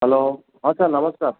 hello ହଁ sir ନମସ୍କାର